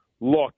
look